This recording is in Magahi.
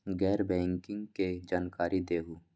गैर बैंकिंग के जानकारी दिहूँ?